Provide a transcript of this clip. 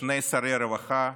בשני שרי רווחה,